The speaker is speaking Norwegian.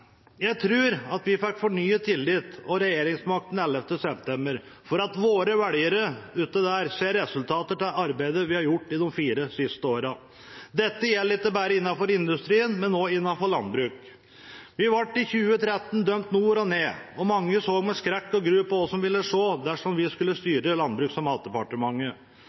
Jeg tror vi fikk fornyet tillit og regjeringsmakt den 11. september fordi våre velgere der ute så resultater av det arbeidet vi har gjort i de fire siste årene. Dette gjelder ikke bare innenfor industrien, men også innenfor landbruk. Vi ble i 2013 dømt nord og ned, og mange så med skrekk og gru på hva som ville skje dersom vi skulle styre Landbruks- og matdepartementet.